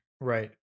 right